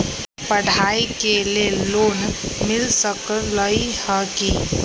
पढाई के लेल लोन मिल सकलई ह की?